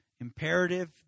imperative